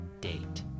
date